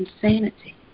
insanity